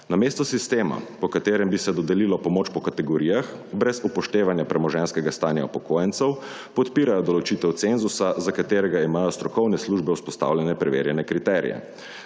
namesto sistema, po katerem bi se dodelilo pomoč po kategorijah brez upoštevanja premoženjskega stanja upokojencev, podpirajo določitev cenzusa za katerega imajo strokovne službe vzpostavljene preverjene kriterije.